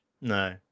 No